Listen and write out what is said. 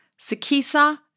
Sakisa